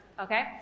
okay